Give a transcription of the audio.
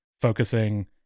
focusing